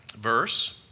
verse